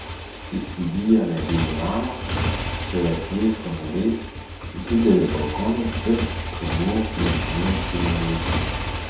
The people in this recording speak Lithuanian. įsigijo medinį namą su erdviais langais dideliu balkonu ir kalnų piemenų kaimynyste